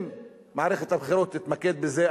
אם מערכת הבחירות תתמקד בזה,